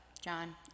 John